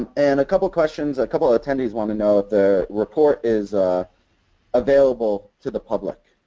and and a couple of questions, a couple of attendees want to know if the report is available to the public